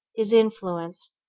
his influence,